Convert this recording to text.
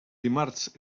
dimarts